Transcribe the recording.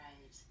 Right